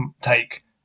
take